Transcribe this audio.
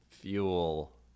fuel